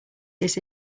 this